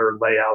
layout